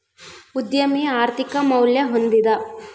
ಉದ್ಯಮಿ ಆರ್ಥಿಕ ಮೌಲ್ಯ ಹೊಂದಿದ